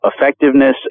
effectiveness